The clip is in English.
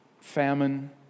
famine